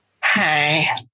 Hi